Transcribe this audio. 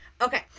Okay